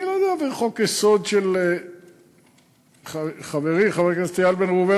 אני לא אעביר חוק-יסוד של חברי חבר הכנסת איל בן ראובן,